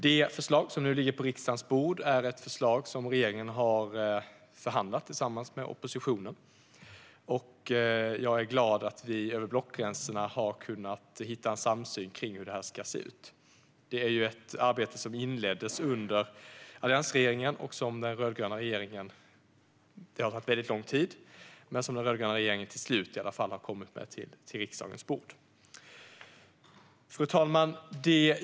Det förslag som nu ligger på riksdagens bord är ett förslag som regeringen har förhandlat fram tillsammans med oppositionen. Jag är glad att vi över blockgränserna har kunnat hitta en samsyn kring hur det här ska se ut. Det är ett arbete som inleddes under alliansregeringen, och det har tagit väldigt lång tid, men nu har den rödgröna regeringen till slut kommit med ett förslag till riksdagens bord. Fru talman!